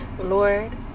Lord